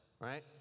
right